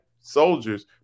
soldiers